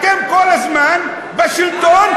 אתם כל הזמן בשלטון,